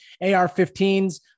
AR-15s